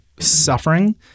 Suffering